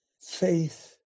faith